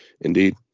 Indeed